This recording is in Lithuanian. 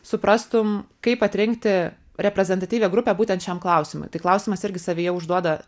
suprastum kaip atrinkti reprezentatyvią grupę būtent šiam klausimui taip klausimas irgi savyje užduoda